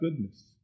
goodness